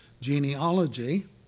Genealogy